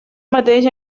mateix